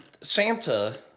Santa